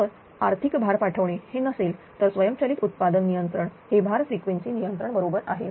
तर आर्थिक भार पाठवणे हे नसेल तर स्वयंचलित उत्पादन नियंत्रण हे भार फ्रिक्वेन्सी नियंत्रण बरोबर आहे